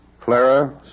Clara